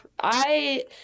I-